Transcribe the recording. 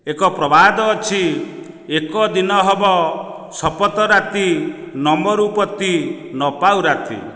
ଏକ ପ୍ରବାଦ ଅଛି ଏକ ଦିନ ହବ ସପତ ରାତି ନ ମରୁ ପତି ନ ପାଉ ରାତି